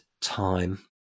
time